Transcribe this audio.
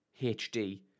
HD